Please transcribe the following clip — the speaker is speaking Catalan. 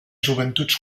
joventuts